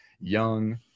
young